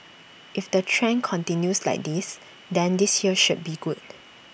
if the trend continues like this then this year should be good